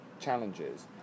Challenges